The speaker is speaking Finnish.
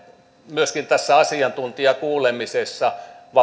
myöskin tässä asiantuntijakuulemisessa